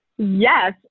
Yes